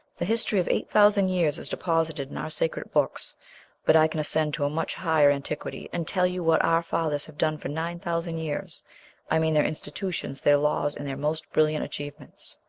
the history of eight thousand years is deposited in our sacred books but i can ascend to a much higher antiquity, and tell you what our fathers have done for nine thousand years i mean their institutions, their laws, and their most brilliant achievements.